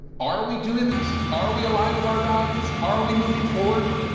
are are we doing this? are we aligned with our values? are we moving forward?